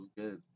good